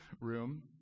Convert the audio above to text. room